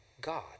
God